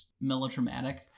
melodramatic